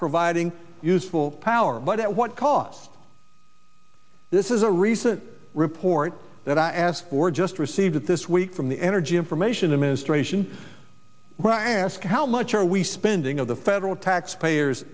providing useful power but at what cost this is a recent report that i asked for just received it this week from the energy information administration i ask how much are we spending of the federal taxpayers